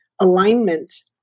Alignment